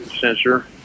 sensor